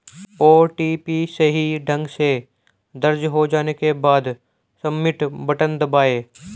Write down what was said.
OTP सही ढंग से दर्ज हो जाने के बाद, सबमिट बटन दबाएं